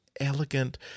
elegant